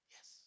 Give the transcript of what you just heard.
Yes